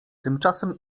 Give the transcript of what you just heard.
tymczasem